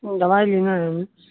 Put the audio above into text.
दवाइ लेना रहै